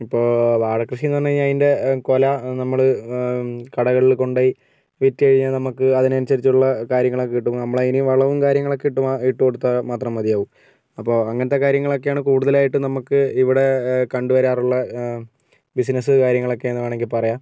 ഇപ്പം വാഴ കൃഷിയെന്ന് പറഞ്ഞ് കഴിഞ്ഞാൽ അതിൻ്റെ കുല നമ്മള് കടകളില് കൊണ്ട് പോയി വിറ്റ് കഴിഞ്ഞാൽ നമുക്ക് അതിനനുസരിച്ചുള്ള കാര്യങ്ങളൊക്കെ കിട്ടും നമ്മളതിന് വളവും കാര്യങ്ങളൊക്കെ ഇട്ട് മാ ഇട്ട് കൊടുത്താൽ മാത്രം മതിയാകും അപ്പോ അങ്ങനത്തെ കാര്യങ്ങളൊക്കെയാണ് കൂടുതലായിട്ടും നമുക്ക് ഇവിടെ കണ്ട് വരാറുള്ള ബിസിനസ്സ് കാര്യങ്ങളൊക്കെയെന്ന് വേണമെങ്കിൽ പറയാം